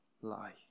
lie